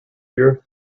year